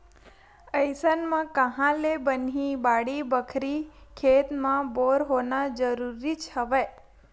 अइसन म काँहा ले बनही बाड़ी बखरी, खेत म बोर होना जरुरीच हवय